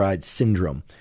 syndrome